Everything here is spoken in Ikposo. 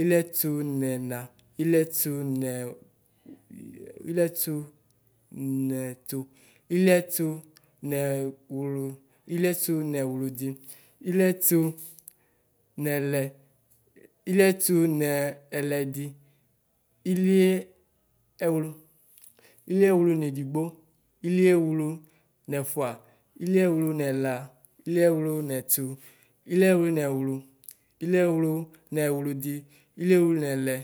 Ilɩɛtʋ nɛna, ɩlɩɛtʋ nɛ ɩlɩɛtʋ nɛtu, ɩliɩɛtu nɛwlʋ, ɩlɩɛtu nɛwlʋdi, ilɩɛtu nɛlɛ, ilɩɛtu nɛlɛdi, ilɩɛ ɛwlʋ, ilɩɛwlʋ nedigbo, ilɩɛlʋ nɛfua, ilɩɛwlʋ nɛla, ilɩɛwlʋ nɛna, ɩlɩɛwlʋ nɛtʋ, iliɛwlʋ nɛwlʋ, ilɩɛwlʋ nɛwludi, ilɩɛwlʋ nɛlɛ,